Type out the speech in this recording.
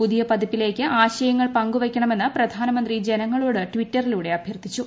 പുതിയ പതിപ്പിലേക്ക് ആശയങ്ങൾ പങ്കുവയ്ക്കണമെന്ന് പ്രധാനമന്ത്രി ജനങ്ങളോട് ട്വിറ്ററിലൂടെ അഭ്യർത്ഥിച്ചു